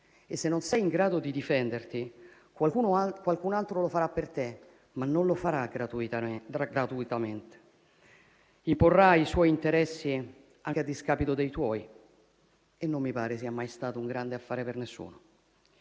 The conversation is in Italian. e, se non sei in grado di difenderti, qualcun altro lo farà per te, ma non lo farà gratuitamente. Imporrà i suoi interessi anche a discapito dei tuoi, e non mi pare sia mai stato un grande affare per nessuno.